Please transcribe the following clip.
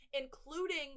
including